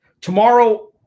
Tomorrow